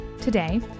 Today